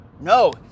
No